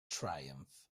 triumph